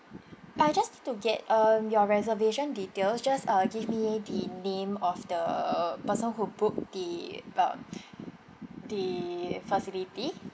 uh just to get um your reservation details just uh give me the name of the person who book the uh the facility